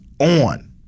on